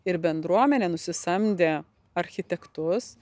ir bendruomenė nusisamdė architektus